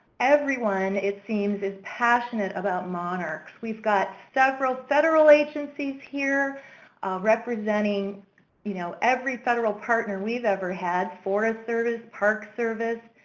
everyone, it seems, is passionate about monarchs. we've got several federal agencies here representing you know every federal partner we've ever had, forest service, park service,